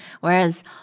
Whereas